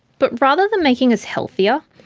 but rather than making us healthier,